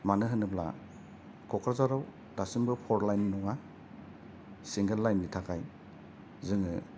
मानो होनोब्ला क'क्राझाराव दासिमबो फर लाइन नङा सिंगेल लाइननि थाखाय जोङो